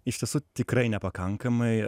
iš tiesų tikrai nepakankamai